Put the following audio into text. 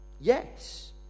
Yes